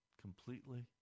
completely